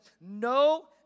no